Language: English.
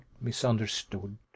misunderstood